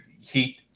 heat